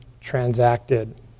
transacted